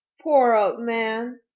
poor old man!